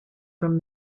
from